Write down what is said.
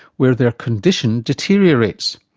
where their condition deteriorates.